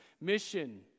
mission